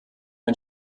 ein